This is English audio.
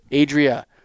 Adria